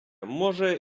може